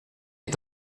est